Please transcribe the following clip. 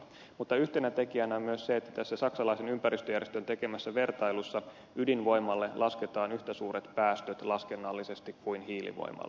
mutta yhtenä tekijänä on myös se että tässä saksalaisen ympäristöjärjestön tekemässä vertailussa ydinvoimalle lasketaan yhtä suuret päästöt laskennallisesti kuin hiilivoimalle